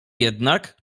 jednak